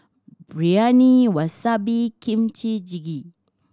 Biryani Wasabi Kimchi Jjigae